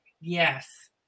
Yes